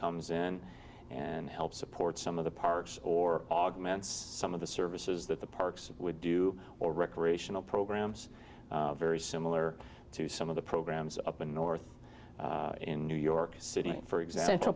comes in and help support some of the parks or augments some of the services that the parks would do or recreational programs very similar to some of the programs up north in new york city for example